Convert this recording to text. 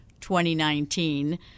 2019